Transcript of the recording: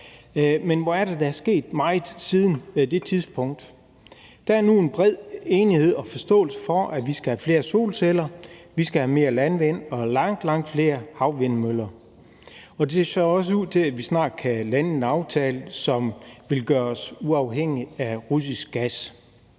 men hvor er der dog sket meget siden dengang. Der er nu en bred enighed om og forståelse for, at vi skal have flere solceller, at vi skal have mere landvind og langt, langt flere havvindmøller, og det ser også ud til, at vi snart kan lande en aftale, som vil gøre os uafhængige af russisk gas.